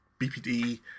BPD